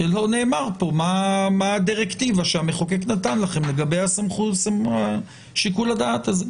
כי לא נאמר פה מה הדירקטיבה שהמחוקק נתן לכם לגבי שיקול הדעת הזה.